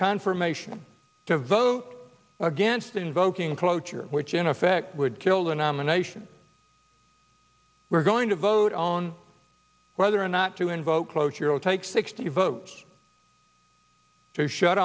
confirmation to vote against invoking cloture which in effect would kill the nomination we're going to vote on whether or not to invoke cloture will take sixty votes to shut